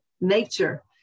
nature